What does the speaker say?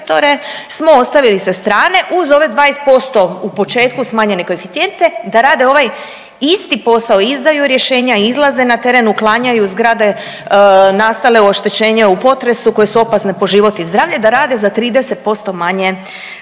smo ostavili sa strane uz ove 20% u početku smanjene koeficijente da rade ovaj isti posao: izdaju rješenja, izlaze na teren, uklanjaju zgrade nastale u oštećenju u potresu koje su opasne po život i zdravlja da rade za 30% manje